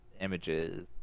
images